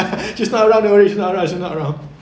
she's not around don't worry she's not around she's not around